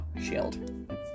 Shield